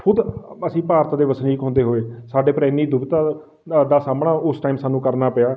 ਖੁਦ ਅਸੀਂ ਭਾਰਤ ਦੇ ਵਸਨੀਕ ਹੁੰਦੇ ਹੋਏ ਸਾਡੇ ਪਰ ਇੰਨੀ ਦੁਵਿਧਾ ਦਾ ਸਾਹਮਣਾ ਉਸ ਟਾਈਮ ਸਾਨੂੰ ਕਰਨਾ ਪਿਆ